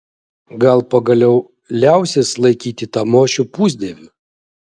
gal pagaliau liausis laikyti tamošių pusdieviu